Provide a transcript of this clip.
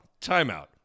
timeout